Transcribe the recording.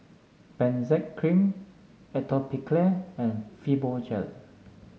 Benzac Cream Atopiclair and Fibogel